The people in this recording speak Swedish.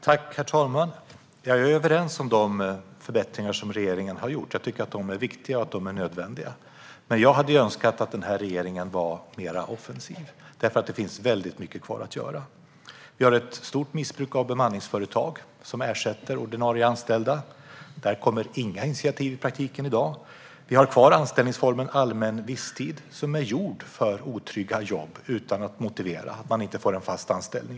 Herr talman! Jag är överens med regeringen om de förbättringar som gjorts - jag tycker att de är viktiga och nödvändiga. Men jag hade önskat att regeringen var mer offensiv, för det finns mycket kvar att göra. Vi har ett stort missbruk av bemanningsföretag, som ersätter ordinarie anställda. Där kommer i praktiken inga initiativ i dag. Vi har kvar anställningsformen allmän visstid, som är gjord för otrygga jobb utan motivering av varför man inte får fast anställning.